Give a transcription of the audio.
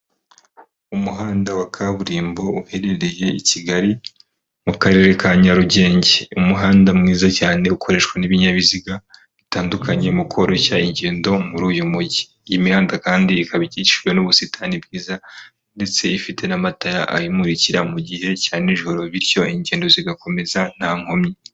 Umuhanda wa kaburimbo uherereye i Kigali, mu Karere ka Nyarugenge, umuhanda mwiza cyane ukoreshwa n'ibinyabiziga bitandukanye mu koroshya ingendo muri uyu mujyi, iyi mihanda kandi ikabakikijwe n'ubusitani bwiza ndetse ifite n'amatara ayimurikira mu gihe cya nijoro bityo ingendo zigakomeza nta nkomyi.